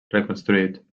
reconstruït